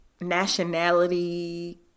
nationality